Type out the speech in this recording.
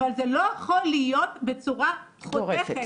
אבל זה לא יכול להיות בצורה חותכת,